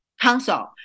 Council